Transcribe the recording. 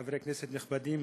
חברי כנסת נכבדים,